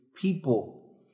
people